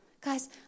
Guys